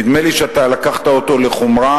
נדמה לי שאתה לקחת אותו לחומרה.